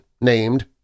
named